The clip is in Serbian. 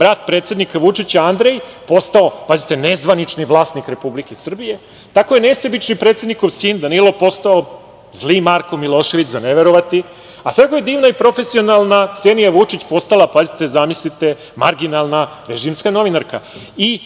brat predsednika Vučića, Andrej, postao, pazite, nezvanični vlasnik Republike Srbije. Tako je nesebični predsednikov sin Danilo postao zli Marko Milošević, za ne verovati, a tako je divna i profesionalna Ksenija Vučić postala, pazite, zamislite, marginalna režimska novinarka.